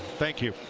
thank you.